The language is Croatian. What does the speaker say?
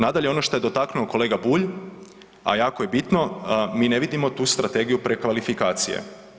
Nadalje, ono što je dotaknuo kolega Bulj, a jako je bitno, mi ne vidimo tu strategiju prekvalifikacije.